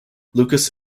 lucas